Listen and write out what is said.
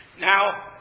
Now